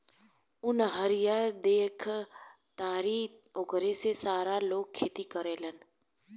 उ नहरिया देखऽ तारऽ ओकरे से सारा लोग खेती करेलेन